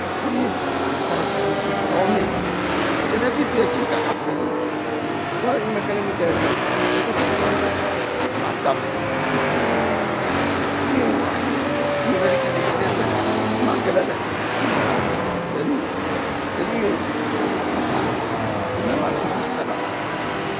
Koro didide ero me nten apipie tche n' kajabo belie wa beh nyen beh kelimikekel beh kpekpe, ogbalo behtchow nma dazng belie mpie nwu rabo, mpie nwu rabo nyi berikilie nma gep belep mburabo benuyue, benyue beh faro beluelue beh ma kpe iji belal lal toroo.